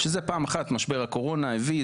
שזה פעם אחת משבר הקורונה הביא.